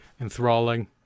enthralling